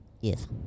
Yes